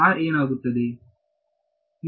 ಏನಾಗುತ್ತದೆ